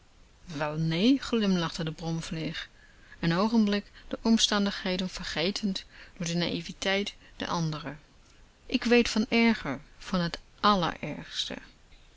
wel neen glimlachte de bromvlieg een oogenblik de omstandigheden vergetend door de naïveteit der andere ik weet van erger van t allerergste